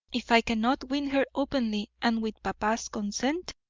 if i cannot win her openly and with papa's consent,